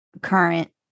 current